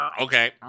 okay